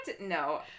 No